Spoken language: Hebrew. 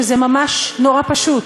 שזה ממש נורא פשוט,